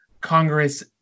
Congress